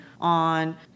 on